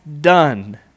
done